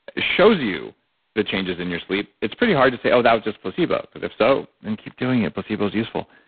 shows you the changes in your sleep, it's pretty hard to say, oh, that was just placebo. because if so, then keep doing it, placebo's useful,